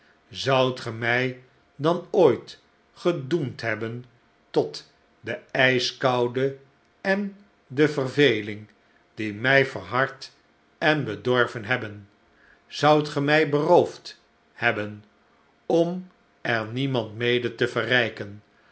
zoudt ge mij dan ooit gedoemd hebben tot de ijskoude en de verveling die mij verhard en bedorven hebben zoudt ge mij beroofd hebben om er niemand mede te verrijken